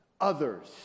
others